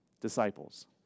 disciples